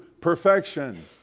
perfection